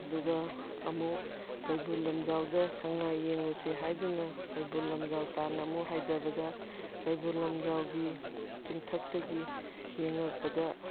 ꯑꯗꯨꯒ ꯑꯃꯨꯛ ꯀꯩꯕꯨꯜ ꯂꯝꯖꯥꯎꯗ ꯁꯉꯥꯏ ꯌꯦꯡꯉꯨꯁꯤ ꯍꯥꯏꯗꯨꯅ ꯀꯩꯕꯨꯜ ꯂꯝꯖꯥꯎ ꯇꯥꯟꯅ ꯑꯃꯨꯛ ꯍꯥꯏꯗꯕꯗ ꯀꯩꯕꯨꯜ ꯂꯝꯖꯥꯎꯒꯤ ꯆꯤꯡꯊꯛꯇꯒꯤ ꯌꯦꯡꯉꯛꯄꯗ